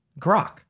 Grok